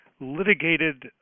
litigated